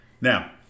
Now